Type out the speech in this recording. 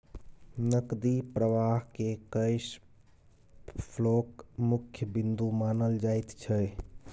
नकदी प्रवाहकेँ कैश फ्लोक मुख्य बिन्दु मानल जाइत छै